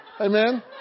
Amen